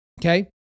Okay